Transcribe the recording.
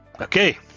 Okay